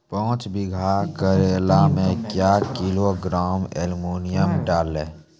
पाँच बीघा करेला मे क्या किलोग्राम एलमुनियम डालें?